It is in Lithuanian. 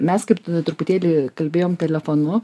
mes kaip truputėlį kalbėjom telefonu